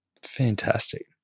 Fantastic